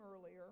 earlier